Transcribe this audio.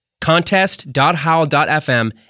Contest.Howl.fm